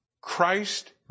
Christ